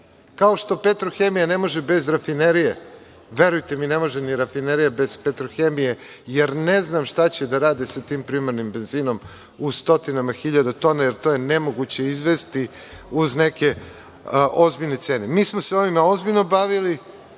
kao što „Petrohemija“ ne može bez „Rafinerije“, verujte mi, ne može ni „Rafinerija“ bez „Petrohemije“, jer ne znam šta će da rade sa tim primarnim benzinom u stotinama hiljada tona, jer to je nemoguće izvesti uz neke ozbiljne cene. Mi smo se ovim ozbiljno bavili.